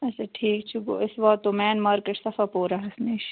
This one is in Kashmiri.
اَچھا ٹھیٖک چھُ گوٚو أسۍ واتو مین مارکٮ۪ٹ صفا پوٗراہس نِش